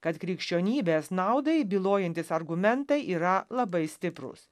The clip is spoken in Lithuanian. kad krikščionybės naudai bylojantys argumentai yra labai stiprūs